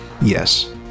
Yes